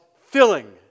filling